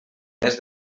més